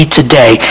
today